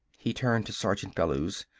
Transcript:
he turned to sergeant bellews.